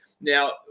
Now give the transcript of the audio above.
Now